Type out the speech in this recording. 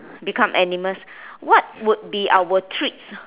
become animals what would be our treats